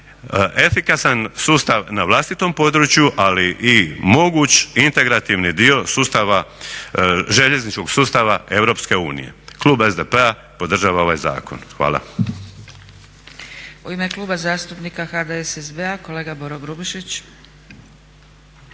efikasan sustav na vlastitom području ali i moguć integrativni dio sustava, željezničkog sustava Europske unije. Klub SDP-a podržava ovaj zakon. Hvala.